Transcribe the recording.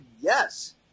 yes